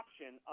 option